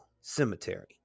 Cemetery